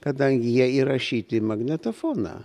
kadangi jie įrašyti į magnetofoną